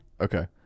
Okay